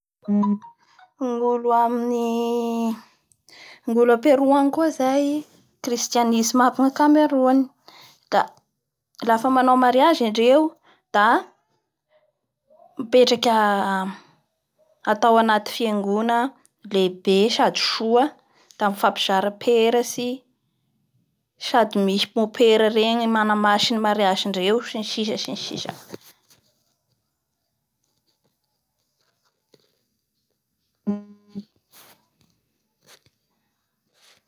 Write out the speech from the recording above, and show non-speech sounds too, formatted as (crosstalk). Da malaza i Bresily io indraindrindra gna aminin'ny resaky amozika ao ny (noise) samaba, bossa nova, ao ny foro ao ny frevo. Ireo zany karana lamozika amindreo agny.